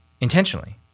intentionally